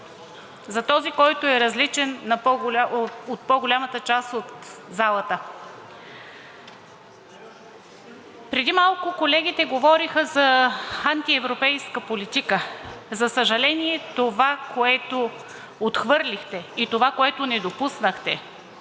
за този, който е различен от по-голямата част от залата. Преди малко колегите говориха за антиевропейска политика. За съжаление, това, което отхвърлихте, и това, което не допуснахте